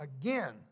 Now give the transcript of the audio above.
again